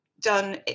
done